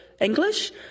English